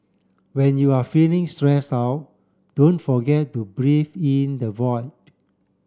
when you are feeling stress out don't forget to breathe in the void